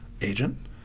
agent